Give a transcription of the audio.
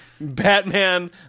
Batman